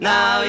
Now